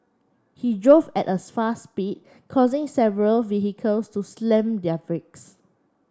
he drove at a fast speed causing several vehicles to slam their brakes